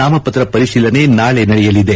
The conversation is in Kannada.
ನಾಮಪತ್ರ ಪರಿಶೀಲನೆ ನಾಳೆ ನಡೆಯಲಿದೆ